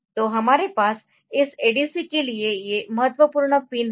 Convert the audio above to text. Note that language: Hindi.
तोहमारे पास इस ADC के लिए है ये महत्वपूर्ण पिन है